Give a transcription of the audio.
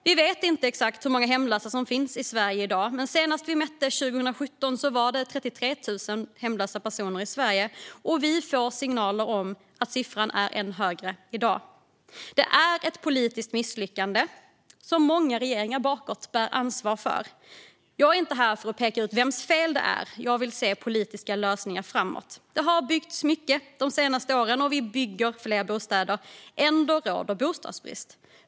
Vi vet inte exakt hur många hemlösa det finns i Sverige i dag, men senast vi mätte, 2017, var det 33 000 hemlösa personer i Sverige, och vi får signaler om att siffran är än högre i dag. Det är ett politiskt misslyckande som många regeringar bakåt i tiden bär ansvar för. Jag är inte här för att peka ut vems fel det är; jag vill se politiska lösningar framåt. Det har byggts mycket de senaste åren, och vi bygger fler bostäder. Ändå råder bostadsbrist.